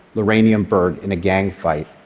laramiun byrd, in a gang fight.